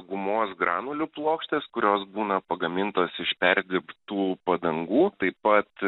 gumos granulių plokštės kurios būna pagamintos iš perdirbtų padangų taip pat